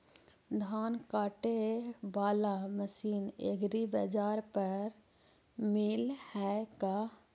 धान काटे बाला मशीन एग्रीबाजार पर मिल है का?